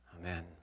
Amen